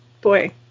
Boy